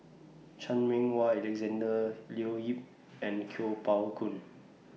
Chan Meng Wah Alexander Leo Yip and Kuo Pao Kun